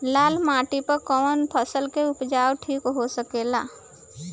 लाल माटी पर कौन फसल के उपजाव ठीक हो सकेला?